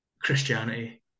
Christianity